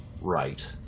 right